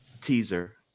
teaser